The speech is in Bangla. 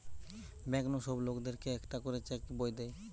ব্যাঙ্ক নু সব লোকদের কে একটা করে চেক বই দে